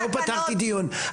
לא פתחתי דיון,